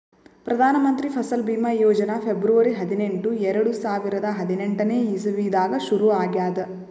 Pradhan Mantri Fasal Bima Yojana February ಹದಿನೆಂಟು, ಎರಡು ಸಾವಿರದಾ ಹದಿನೆಂಟನೇ ಇಸವಿದಾಗ್ ಶುರು ಆಗ್ಯಾದ್